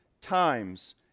times